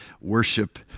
worship